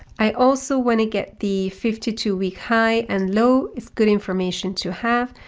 i also want to get the fifty two week high and low is good information to have.